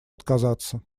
отказаться